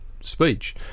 speech